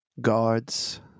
guards